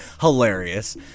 hilarious